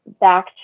back